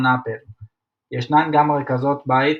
ישנן גם רכזות בית